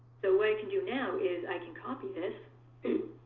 so what i can do now is i can copy this oh,